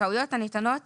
זכאויות הניתנות